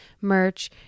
merch